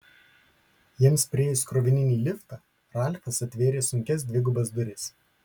jiems priėjus krovininį liftą ralfas atvėrė sunkias dvigubas duris